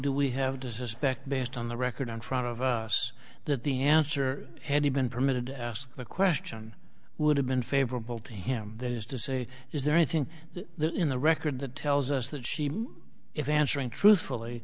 do we have to suspect based on the record in front of us that the answer had he been permitted to ask the question would have been favorable to him that is to say is there anything in the record that tells us that she if answering truthfully